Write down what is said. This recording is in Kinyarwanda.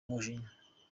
umujinya